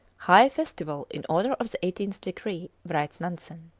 high festival in honour of the eightieth degree, writes nansen.